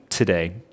today